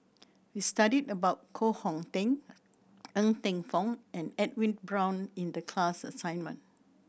we studied about Koh Hong Teng Ng Eng Teng and Edwin Brown in the class assignment